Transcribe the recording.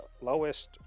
lowest